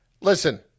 listen